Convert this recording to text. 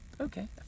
Okay